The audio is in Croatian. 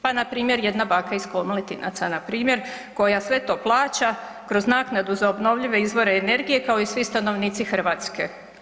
Pa npr. jedna baka iz Komletinaca npr. koja sve to plaća kroz naknadu za obnovljive izvore energije kao i svi stanovnici Hrvatske.